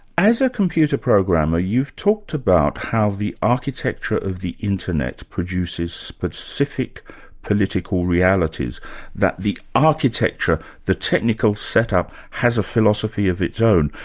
as a computer programmer, you've talked about how the architecture of the internet produces specific political realities that the architecture, the technical set-up, has a philosophy of its own.